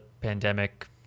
pandemic